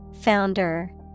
Founder